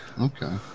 okay